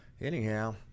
anyhow